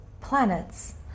planets